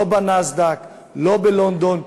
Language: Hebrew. לא בנאסד"ק, לא בלונדון בישראל.